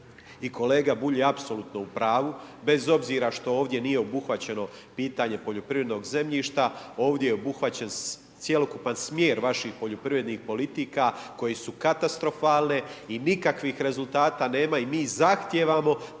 i kolega Bulj je apsolutno u pravu, bez obzira što ovdje nije obuhvaćeno pitanje poljoprivrednog zemljišta, ovdje je obuhvaćen cjelokupan smjer vaših poljoprivrednih politika koje su katastrofalne i nikakvih rezultata nema i mi zahtijevamo